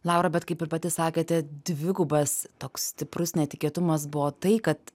laura bet kaip ir pati sakėte dvigubas toks stiprus netikėtumas buvo tai kad